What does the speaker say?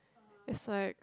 is like